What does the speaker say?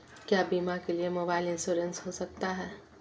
क्या बीमा के लिए मोबाइल इंश्योरेंस हो सकता है?